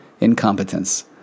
incompetence